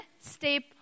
step